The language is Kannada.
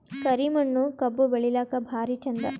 ಕರಿ ಮಣ್ಣು ಕಬ್ಬು ಬೆಳಿಲ್ಲಾಕ ಭಾರಿ ಚಂದ?